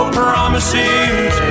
promises